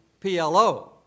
PLO